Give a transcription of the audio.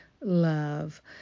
love